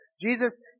Jesus